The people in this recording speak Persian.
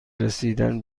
رسیدن